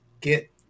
get